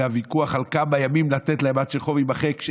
והוויכוח על כמה ימים לתת להם עד שהחוב יימחק,